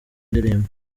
indirimbo